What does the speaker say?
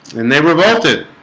and they revolted